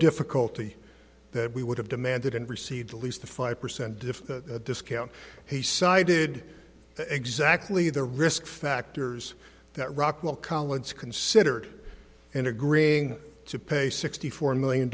difficulty that we would have demanded and received at least the five percent diff discount he cited exactly the risk factors that rockwell collins considered in agreeing to pay sixty four million